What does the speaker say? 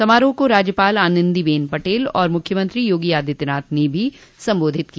समरोह को राज्यपाल आनन्दीबेन पटेल और मुख्यमंत्रो योगी आदित्यनाथ ने भी संबोधित किया